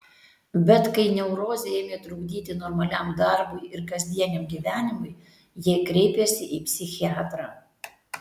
bet kai neurozė ėmė trukdyti normaliam darbui ir kasdieniam gyvenimui jie kreipėsi į psichiatrą